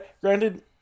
Granted